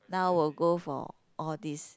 now will go for all these